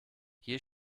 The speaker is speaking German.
hier